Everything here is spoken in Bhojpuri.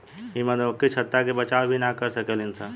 इ मधुमक्खी छत्ता के बचाव भी ना कर सकेली सन